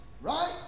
Right